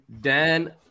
Dan